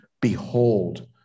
behold